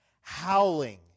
howling